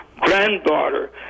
granddaughter